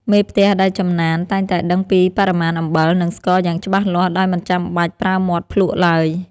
មេផ្ទះដែលចំណានតែងតែដឹងពីបរិមាណអំបិល និងស្ករយ៉ាងច្បាស់លាស់ដោយមិនចាំបាច់ប្រើមាត់ភ្លក្សឡើយ។